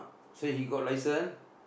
so he got license